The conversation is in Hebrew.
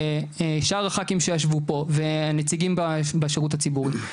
ושאר הח"כים שישבו פה ונציגים בשירות הציבורי,